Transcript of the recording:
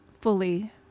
fully